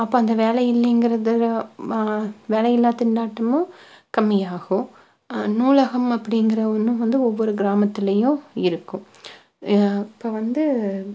அப்ப அந்த வேலை இல்லைங்கிறது மா வேலையில்லா திண்டாட்டமும் கம்மி ஆகும் நூலகம் அப்படிங்கிற ஒன்று வந்து ஒவ்வொரு கிராமத்துலேயும் இருக்கும் இப்போது வந்து